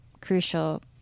crucial